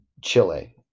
Chile